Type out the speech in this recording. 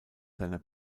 seiner